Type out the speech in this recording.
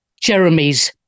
Jeremys